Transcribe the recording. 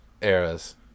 eras